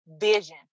vision